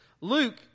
Luke